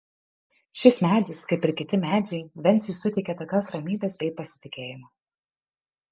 šis medis kaip ir kiti medžiai venciui suteikia tokios ramybės bei pasitikėjimo